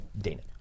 Dana